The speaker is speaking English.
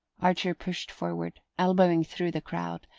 archer pushed forward, elbowing through the crowd,